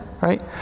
right